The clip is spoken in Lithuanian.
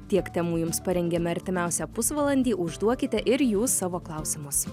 tiek temų jums parengėme artimiausią pusvalandį užduokite ir jūs savo klausimus